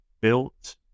built